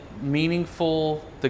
meaningful